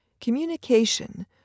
Communication